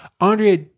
Andrea